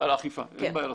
על האכיפה אין בעיות.